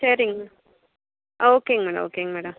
சரிங்க ஆ ஓகேங்க மேடம் ஓகேங்க மேடம்